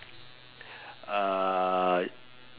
uh